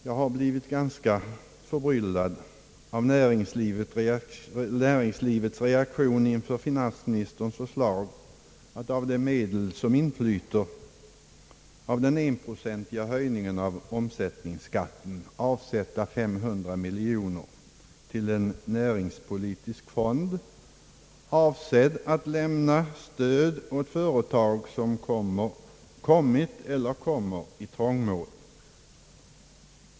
Jag har blivit ganska förbryllad över näringslivets reaktion inför finansministerns förslag att av de medel, som inflyter genom höjningen av omsättningsskatten med en procentenhet, avsätta 500 miljoner till en näringspolitisk fond, avsedd att användas för stöd åt företag som kommit eller kommer i trångmål.